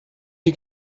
die